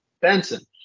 Benson